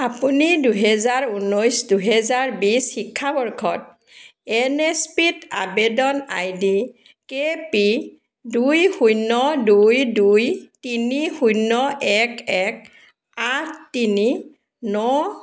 আপুনি দুহেজাৰ ঊনৈছ দুহেজাৰ বিশ শিক্ষাবৰ্ষত এন এছ পি ত আৱেদন আই ডি কে পি দুই শূন্য দুই দুই তিনি শূন্য এক এক আঠ তিনি ন